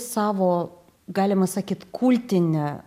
savo galima sakyt kultinę